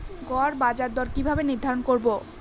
গড় বাজার দর কিভাবে নির্ধারণ করব?